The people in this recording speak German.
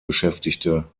beschäftigte